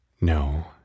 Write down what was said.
No